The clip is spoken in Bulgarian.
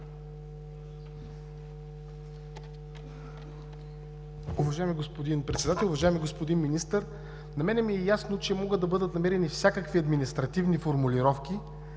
Уважаеми господин Председател! Уважаеми господин Министър, на мен ми е ясно, че могат да бъдат намерени всякакви административни формулировки,